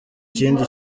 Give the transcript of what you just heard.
ikindi